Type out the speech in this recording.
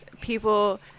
people